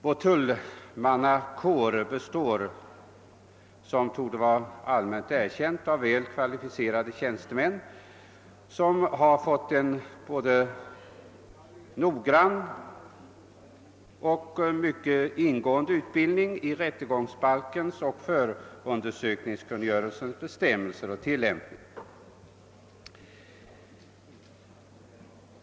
Vår tullmannakår består — vilket torde vara allmänt erkänt — av väl kvalificerade tjänstemän som fått en både noggrann och mycket ingående utbildning i rättegångsbalkens och förundersökningskungöreisens bestämmelser och tillämpning.